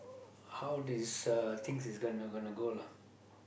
how this uh things is gonna gonna go lah